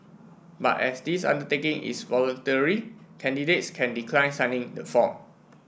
but as this undertaking is voluntary candidates can decline signing the form